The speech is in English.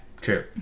true